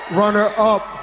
runner-up